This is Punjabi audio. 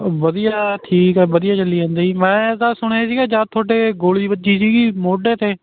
ਵਧੀਆ ਠੀਕ ਹੈ ਵਧੀਆ ਚੱਲੀ ਜਾਂਦਾ ਜੀ ਮੈਂ ਤਾਂ ਸੁਣਿਆ ਸੀਗਾ ਜਦ ਤੁਹਾਡੇ ਗੋਲੀ ਵੱਜੀ ਸੀਗੀ ਮੋਢੇ 'ਤੇ